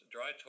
Dry